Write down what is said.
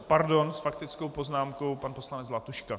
Pardon, s faktickou poznámkou pan poslanec Zlatuška.